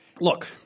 Look